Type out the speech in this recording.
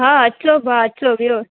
हा अचो भाउ अचो विहो